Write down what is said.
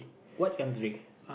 what country